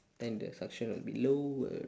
and the suction will be lower